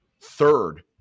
third